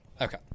Okay